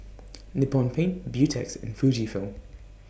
Nippon Paint Beautex and Fujifilm